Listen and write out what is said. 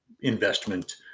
investment